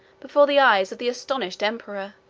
before the eyes of the astonished emperor